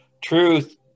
Truth